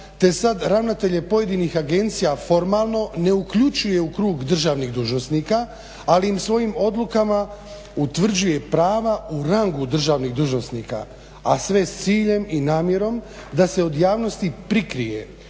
te sad ravnatelje pojedinih agencija formalno ne uključuje u krug državnih dužnosnika, ali im svojim odlukama utvrđuju prava u rangu državnih dužnosnika, a sve s ciljem i namjerom da se od javnosti prikrije